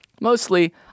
Mostly